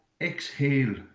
exhale